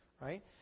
Right